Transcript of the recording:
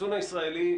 החיסון הישראלי,